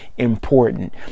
Important